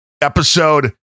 episode